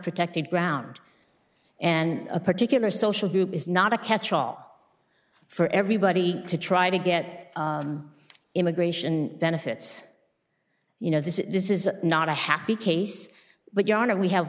protected ground and a particular social group is not a catch all for everybody to try to get immigration benefits you know this is this is not a happy case but ya know we have